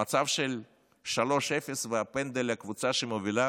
במצב של 0:3 ופנדל לקבוצה שמובילה